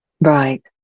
right